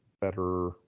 better